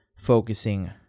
focusing